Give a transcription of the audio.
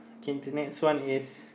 okay the next one is